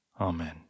Amen